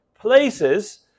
places